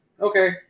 okay